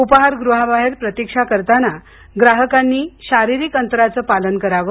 उपाहारगृहाबाहेर प्रतीक्षा करताना ग्राहकांनी शारीरिक अंतराचं पालन करावं